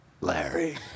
Larry